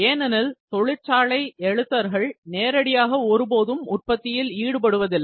ஏனெனில் தொழிற்சாலை எழுத்தர்கள் நேரடியாக ஒருபோதும் உற்பத்தியில் ஈடுபடுவதில்லை